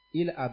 ila